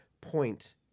point